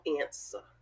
answer